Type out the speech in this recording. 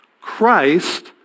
Christ